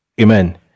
Amen